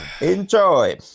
Enjoy